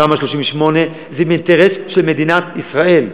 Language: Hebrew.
תמ"א 38 זה אינטרס של מדינת ישראל.